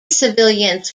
civilians